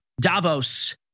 Davos